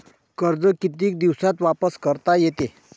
कर्ज कितीक दिवसात वापस करता येते?